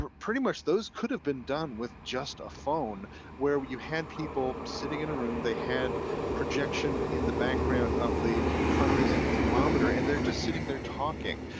but pretty much those could have been done with just a phone where you had people sitting in a room, they had projection in the background of the fundraising thermometer and they're just sitting there talking.